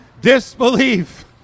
disbelief